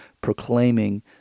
proclaiming